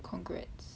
congrats